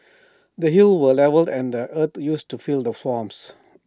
the hills were levelled and the earth used to fill the swamps